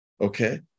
okay